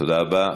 תודה רבה.